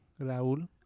Raúl